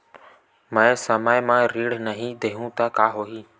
मैं समय म ऋण नहीं देहु त का होही